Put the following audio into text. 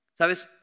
¿Sabes